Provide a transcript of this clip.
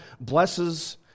blesses